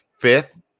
fifth